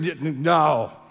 No